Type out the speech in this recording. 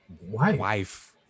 wife